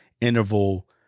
interval